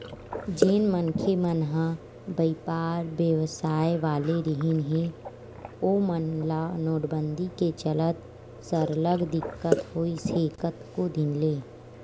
जेन मनखे मन ह बइपार बेवसाय वाले रिहिन हे ओमन ल नोटबंदी के चलत सरलग दिक्कत होइस हे कतको दिन ले